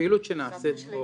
הפעילות שנעשית פה,